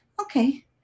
okay